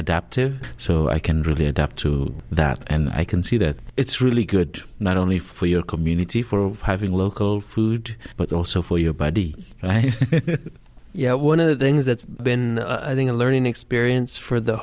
adaptive so i can really adapt to that and i can see that it's really good not only for your community for having local food but also for your body you know one of the things that's been a learning experience for the